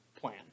plan